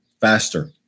faster